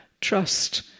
Trust